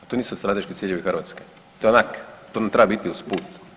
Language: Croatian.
To nisu strateški ciljevi Hrvatske, to je onak, to nam treba biti usput.